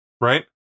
right